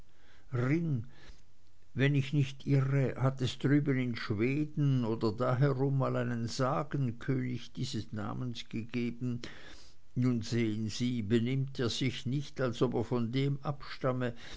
wenn ich nicht irre hat es drüben in schweden oder da herum mal einen sagenkönig dieses namens gegeben nun sehen sie benimmt er sich nicht als ob er von dem abstamme